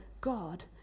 God